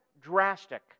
drastic